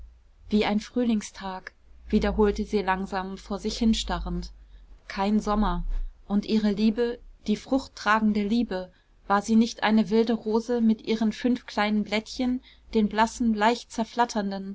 wie ein frühlingstag wiederholte sie langsam vor sich hinstarrend kein sommer und ihre liebe die frucht tragende liebe war sie nicht eine wilde rose mit ihren fünf kleinen blättchen den blassen leicht